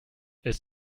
ist